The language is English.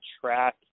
track